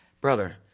Brother